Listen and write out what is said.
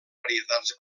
varietats